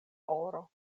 oro